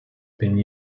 been